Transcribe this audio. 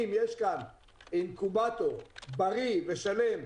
אם יש כאן אינקובטור בריא ושלם,